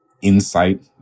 insight